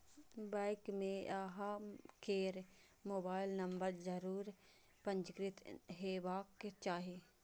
bank मे अहां केर मोबाइल नंबर जरूर पंजीकृत हेबाक चाही